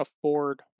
afford